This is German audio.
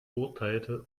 urteilte